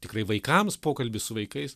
tikrai vaikams pokalbis su vaikais